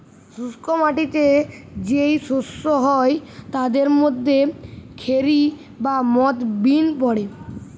শুষ্ক মাটিতে যেই শস্য হয় তাদের মধ্যে খেরি বা মথ বিন পড়ে